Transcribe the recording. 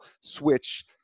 switch